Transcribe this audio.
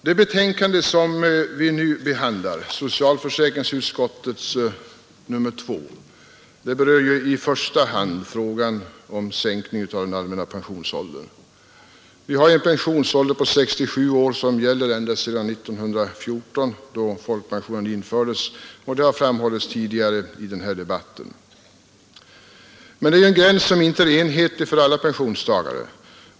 Det betänkande vi nu behandlar, socialförsäkringsutskottets betänkande nr 2, berör i första hand frågan om sänkning av den allmänna pensionsåldern. Vi har en pensionsålder på 67 år, som gäller ända sedan 1914, då folkpensionen infördes — vilket har framhållits tidigare i den här debatten. Men den gränsen är inte enhetlig för alla pensionstagare.